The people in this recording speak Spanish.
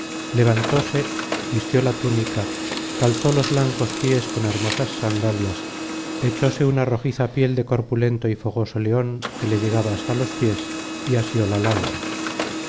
levantóse vistió la túnica calzó los blancos pies con hermosas sandalias echóse una rojiza piel de corpulento y fogoso león que le llegaba hasta los pies y asió la lanza